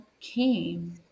came